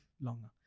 longer